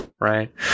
right